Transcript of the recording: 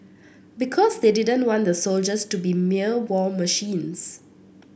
because they didn't want the soldiers to be mere war machines